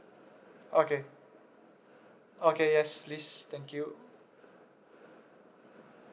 okay okay yes please thank you